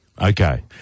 Okay